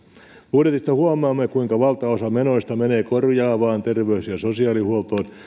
budjetista huomaamme kuinka valtaosa menoista menee korjaavaan terveys ja sosiaalihuoltoon